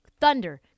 Thunder